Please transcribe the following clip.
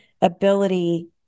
ability